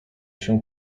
się